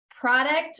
product